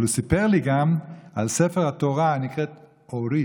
אבל הוא גם סיפר לי על ספר התורה, הנקראת "אורית",